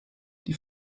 die